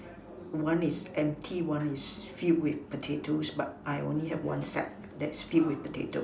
one is empty one is filled with potatoes but I only have one sack that is filled with potatoes